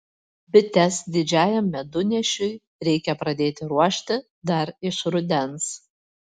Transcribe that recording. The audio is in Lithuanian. bites didžiajam medunešiui reikia pradėti ruošti dar iš rudens